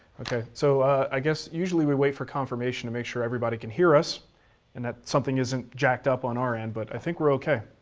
okay, so i guess usually we wait for confirmation to make sure everybody can hear us and that something isn't jacked up on our end, but i think we're okay.